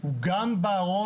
הוא גם בארון